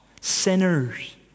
Sinners